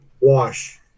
wash